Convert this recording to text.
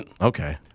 Okay